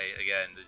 again